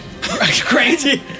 Crazy